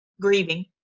grieving